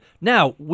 Now